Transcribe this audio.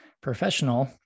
professional